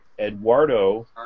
Eduardo